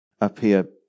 appear